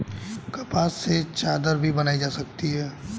कपास से चादर भी बनाई जा सकती है